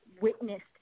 witnessed